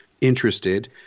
interested